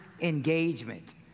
engagement